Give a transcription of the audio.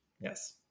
yes